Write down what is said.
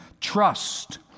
Trust